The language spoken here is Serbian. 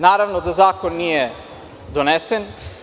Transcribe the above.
Naravno da zakon nije donesen.